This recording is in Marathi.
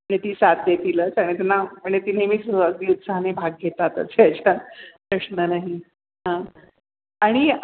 आणि ती साथ देतीलच आणि त्यांना म्हणजे ती नेहमीच अगदी उत्साहाने भाग घेतातच त्याचा प्रश्न नाही आणि